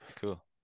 cool